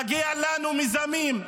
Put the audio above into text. מגיעים לנו מיזמים,